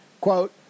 Quote